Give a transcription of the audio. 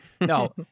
No